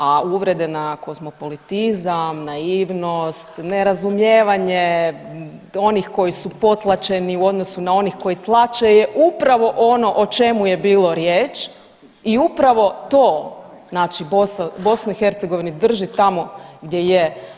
A uvrede na kozmopolitizam, naivnost, nerazumijevanje onih koji su potlačeni u odnosu na onih koji tlače je upravo ono o čemu je bilo riječ i upravo to znači BiH drži tamo gdje je.